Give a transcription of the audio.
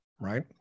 right